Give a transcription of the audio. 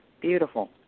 Beautiful